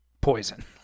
poison